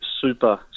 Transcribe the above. super